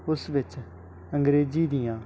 ਉਸ ਵਿੱਚ ਅੰਗਰੇਜ਼ੀ ਦੀਆਂ